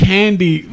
Candy